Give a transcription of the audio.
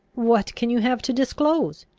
what can you have to disclose?